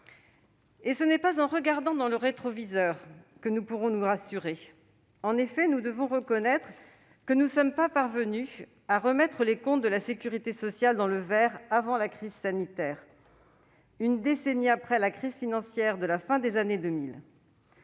Or ce n'est pas en regardant dans le rétroviseur que nous pourrons nous rassurer. En effet, nous devons reconnaître que nous ne sommes pas parvenus à ramener les comptes de la sécurité sociale dans le vert avant la crise sanitaire, une décennie après la crise financière de la fin des années 2000,